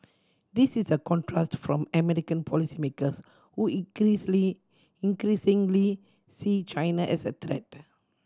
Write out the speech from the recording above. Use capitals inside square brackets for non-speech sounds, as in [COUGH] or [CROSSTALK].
this is a contrast from American policymakers who [UNINTELLIGIBLE] increasingly see China as a threat